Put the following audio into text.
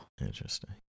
interesting